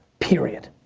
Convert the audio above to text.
period.